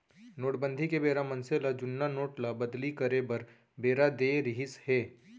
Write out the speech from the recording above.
नोटबंदी के बेरा मनसे ल जुन्ना नोट ल बदली करे बर बेरा देय रिहिस हे